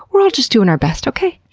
we're all just doing our best, okay?